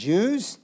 Jews